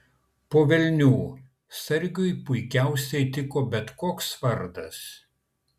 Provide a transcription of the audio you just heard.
po velnių sargiui puikiausiai tiko bet koks vardas